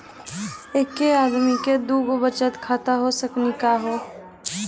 एके आदमी के दू गो बचत खाता हो सकनी का हो?